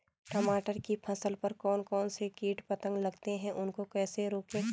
टमाटर की फसल पर कौन कौन से कीट पतंग लगते हैं उनको कैसे रोकें?